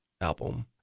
album